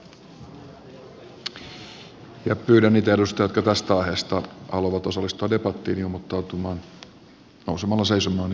pyydän niitä edustajia jotka tästä aiheesta haluavat osallistua debattiin ilmoittautumaan nousemalla seisomaan ja painamalla v painiketta